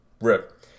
Rip